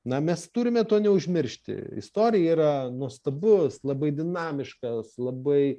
na mes turime to neužmiršti istorija yra nuostabus labai dinamiškas labai